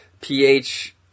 pH